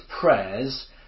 prayers